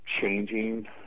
changing